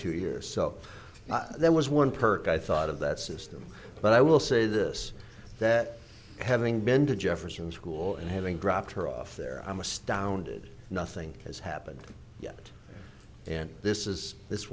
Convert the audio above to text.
two years so there was one perk i thought of that system but i will say this that having been to jefferson school and having dropped her off there i'm astounded nothing has happened yet and this is this